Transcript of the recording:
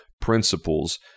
principles